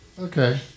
Okay